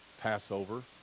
Passover